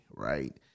Right